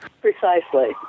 precisely